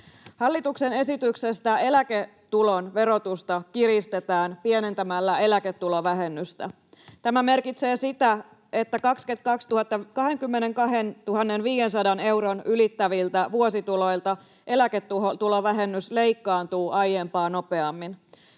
Hallituksen esityksestä eläketulon verotusta kiristetään pienentämällä eläketulovähennystä. Tämä merkitsee sitä, että 22 500 euron ylittäviltä vuosituloilta eläketulovähennys leikkaantuu aiempaa nopeammin.